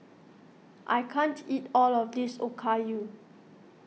I can't eat all of this Okayu